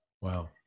Wow